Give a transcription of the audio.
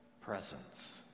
presence